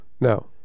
No